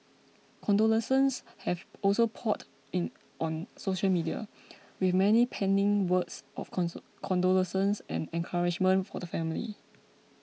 condolences have also poured in on social media with many penning words of condolences and encouragement for the family